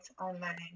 Online